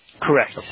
Correct